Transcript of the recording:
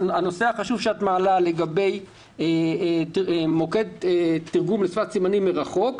הנושא החשוב שאת מעלה לגבי מוקד תרגום לשפת סימנים מרחוק,